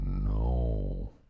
no